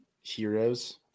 heroes